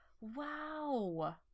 wow